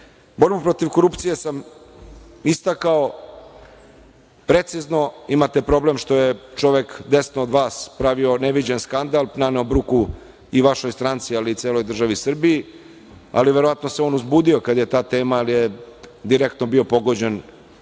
protiv korupcije sam istakao precizno. Imate problem što je čovek desno od vas pravio neviđen skandal, naneo bruku i vašoj stranci, ali i celoj državi Srbiji, ali verovatno se on uzbudio kada je ta tema, ali je direktno bio pogođen